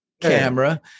camera